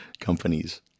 companies